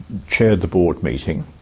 chaired the board meeting,